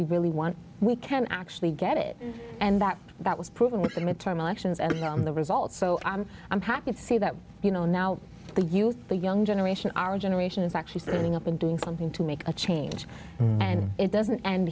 we really want we can actually get it and that that was proven with the midterm elections and the results so i'm i'm happy to see that you know now the youth the young generation our generation is actually standing up and doing something to make a change and it doesn't and